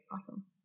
Awesome